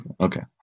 Okay